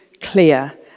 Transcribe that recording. clear